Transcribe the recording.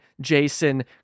Jason